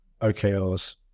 OKRs